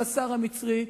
של השר המצרי,